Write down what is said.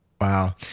Wow